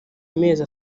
mezi